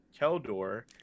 Keldor